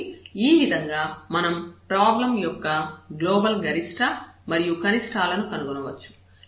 కాబట్టి ఈ విధంగా మనం ప్రాబ్లం యొక్క గ్లోబల్ గరిష్ట మరియు కనిష్టాల ను కనుగొనవచ్చు